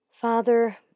Father